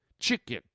Chicken